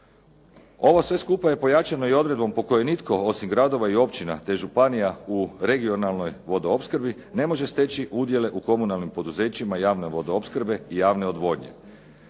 Ovo sve skupa je pojačano i odredbom po kojoj nitko osim gradova i općina, te županija u regionalnoj vodoopskrbi ne može steći udjele u komunalnim poduzećima javne vodoopskrbe i javne odvodnje.